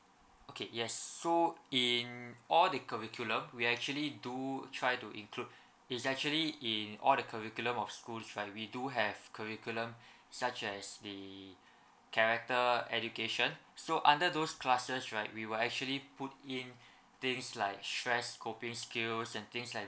okay yes so in all the curriculum we actually do try to include is actually in all the curriculum of school right we do have curriculum such as the character education so under those classes right we will actually put in things like stress coping skills and things like